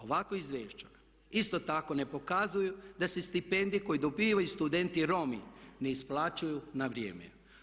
Ovako izvješće isto tako ne pokazuje da se stipendije koje dobivaju studenti Romi ne isplaćuju na vrijeme.